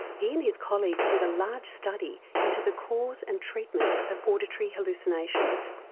he and his colleagues did a large study into the cause and treatment of auditory hallucinations.